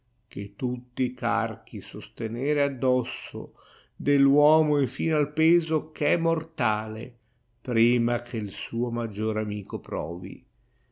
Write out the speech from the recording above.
che tutti i carchi sostenere addosso de r uomo infino al peso eh è mortale prima che u suo maggiore amico provi